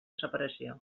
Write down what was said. separació